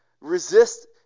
Resist